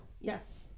yes